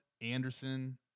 Anderson